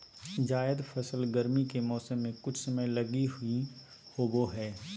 जायद फसल गरमी के मौसम मे कुछ समय लगी ही होवो हय